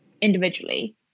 individually